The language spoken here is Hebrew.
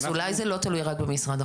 אז אולי זה לא תלוי רק במשרד החוץ?